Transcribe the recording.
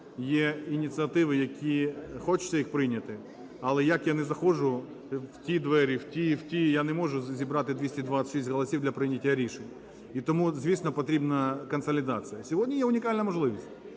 є ініціативи, які хочеться їх прийняти, але як я не заходжу в ті двері, в ті і в ті, я не можу зібрати 226 голосів для прийняття рішень. І тому, звісно, потрібна консолідація. Сьогодні є унікальна можливість,